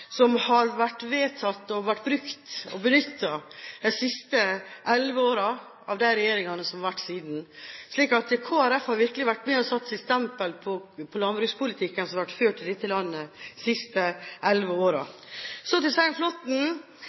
som har ligget til grunn for de regjeringene som har vært de siste elleve årene. Kristelig Folkeparti har virkelig vært med på å sette sitt stempel på landbrukspolitikken som har vært ført i dette landet de siste elleve årene. Så til Svein